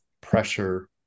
pressure